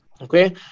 Okay